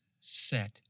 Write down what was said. set